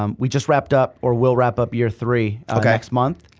um we just wrapped up or will wrap up year three next month.